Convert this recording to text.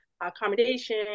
accommodation